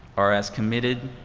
are as committed